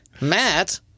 Matt